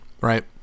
right